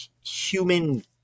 human